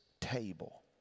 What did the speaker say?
table